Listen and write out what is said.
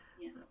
Yes